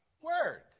Word